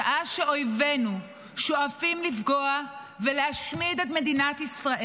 שעה שאויבינו שואפים לפגוע במדינת ישראל ולהשמיד אותה,